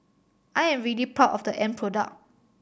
I am really proud of the end product